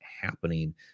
happening